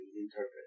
interpret